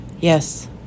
yes